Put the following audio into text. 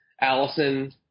Allison